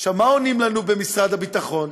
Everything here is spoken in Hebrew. מה עונים לנו במשרד הביטחון?